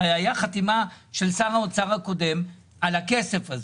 הרי הייתה חתימה של שר האוצר הקודם על הכסף הזה,